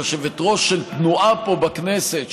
יושבת-ראש של תנועה פה בכנסת,